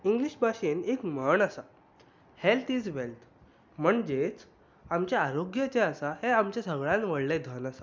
English भाशेंत एक म्हण आसा हेल्थ इज वेल्थ म्हणजेच आमचें आरोग्य जें आसा हें आमचें सगळ्यांत व्हडलें धन आसता